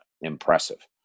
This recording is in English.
impressive